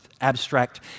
abstract